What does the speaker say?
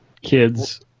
Kids